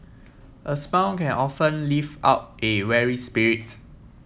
a smile can often lift up a weary spirit